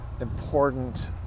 Important